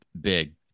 big